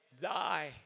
thy